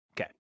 okay